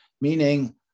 meaning